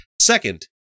Second